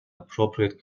appropriate